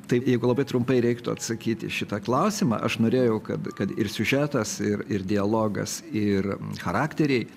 tai jeigu labai trumpai reiktų atsakyt į šitą klausimą aš norėjau kad kad ir siužetas ir ir dialogas ir charakteriai